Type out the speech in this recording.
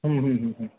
হুম হুম হুম হুম